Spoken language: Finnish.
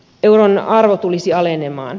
euron arvo tulisi alenemaan